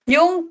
Yung